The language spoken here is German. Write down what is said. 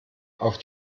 auf